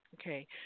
Okay